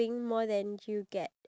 riya